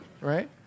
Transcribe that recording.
right